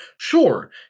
Sure